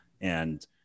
and-